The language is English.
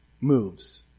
moves